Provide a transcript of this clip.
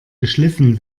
geschliffen